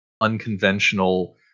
unconventional